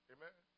Amen